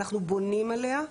אנחנו בונים עליה,